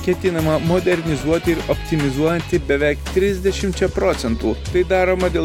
ketinama modernizuoti ir optimizuoti beveik trisdešimčia procentų tai daroma dėl